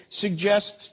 suggests